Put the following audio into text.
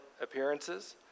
appearances